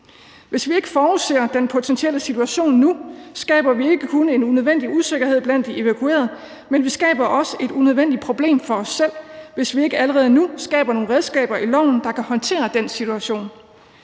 Hvis vi ikke forudser den potentielle situation nu, skaber vi ikke kun en unødvendig usikkerhed blandt de evakuerede, men vi skaber også et unødvendigt problem for os selv, hvis vi ikke allerede nu skaber nogle redskaber i lovforslaget, der kan håndtere den situation.